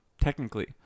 technically